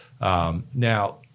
Now